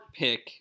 pick